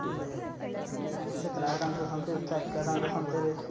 ते जित्थे त्रै डंग खंदे उत्थे इक्के डंग खंदे रेह्